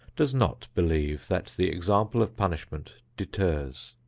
does not believe that the example of punishment deters.